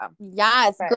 yes